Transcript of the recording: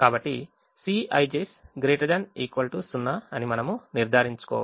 కాబట్టి Cij's ≥ 0 అని మనము నిర్ధారించుకోవాలి